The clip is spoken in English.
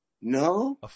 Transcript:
No